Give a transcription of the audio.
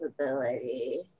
ability